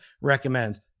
recommends